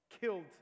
killed